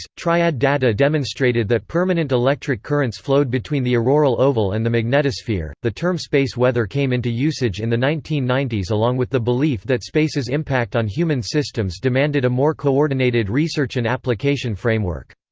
triad data demonstrated that permanent electric currents flowed between the auroral oval and the magnetosphere the term space weather came into usage in the nineteen ninety s along with the belief that space's impact on human systems demanded a more coordinated research and application framework.